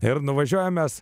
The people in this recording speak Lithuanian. ir nuvažiuojame mes